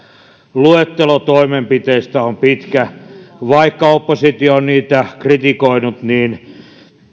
luettelo toimenpiteistä on pitkä vaikka oppositio on niitä kritikoinut niin